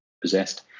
possessed